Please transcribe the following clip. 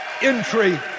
entry